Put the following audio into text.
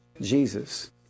Jesus